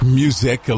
music